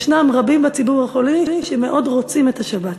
ישנם רבים בציבור החילוני שמאוד רוצים את השבת.